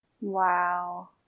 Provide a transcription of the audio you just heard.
Wow